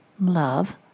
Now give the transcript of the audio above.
Love